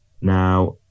Now